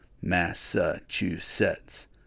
Massachusetts